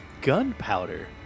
gunpowder